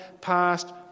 past